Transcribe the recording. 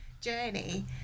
journey